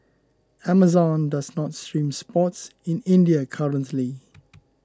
Amazon does not stream sports in India currently